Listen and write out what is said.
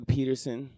Peterson